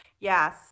yes